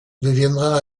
deviendra